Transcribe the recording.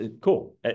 cool